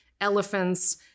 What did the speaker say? elephants